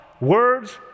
words